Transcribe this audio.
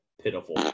Pitiful